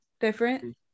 different